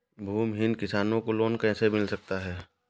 भूमिहीन किसान को लोन कैसे मिल सकता है?